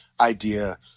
idea